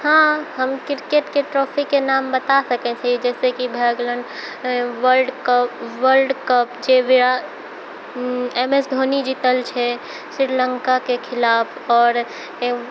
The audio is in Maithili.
हँ हम किरकेटके ट्रॉफीके नाम बता सकै छी जइसे कि भऽ गेलै वर्ल्ड कप वर्ल्ड कप जे वएह एम एस धोनी जीतल छै श्रीलङ्काके खिलाफ आओर